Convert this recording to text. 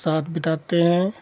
साथ बिताते हैं